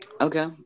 Okay